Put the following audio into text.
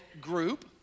group